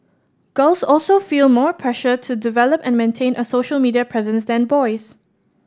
girls also feel more pressure to develop and maintain a social media presence than boys